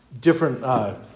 different